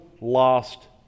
lost